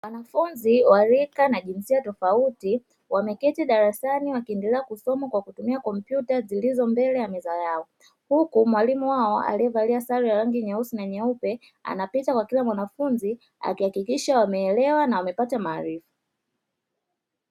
Wanafunzi wa rika na jinsia tofauti wameketi darasani wakiendelea kusoma kwa kutumia kompyuta zilizo mbele ya meza yao. huku mwalimu wao aliyevalia sare ya rangi nyeusi na nyeupe anapita kwa kila mwanafunzi akihakikisha wameelewa na wamepata maarifa.